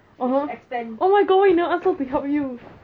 oh my god why you never ask her to help you